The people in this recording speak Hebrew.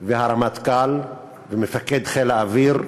והרמטכ"ל, ומפקד חיל האוויר,